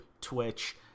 Twitch